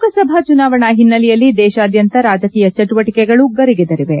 ಲೋಕಸಭಾ ಚುನಾವಣಾ ಹಿನ್ನೆಲೆಯಲ್ಲಿ ದೇಶಾದ್ಯಂತ ರಾಜಕೀಯ ಚಟುವಟಕೆಗಳು ಗರಿಗೆದರಿವೆ